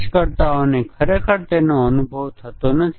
શા માટે mutation testing કાર્ય આ બે હાઈપોથેસીસ પર આધારિત છે